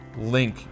link